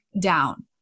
down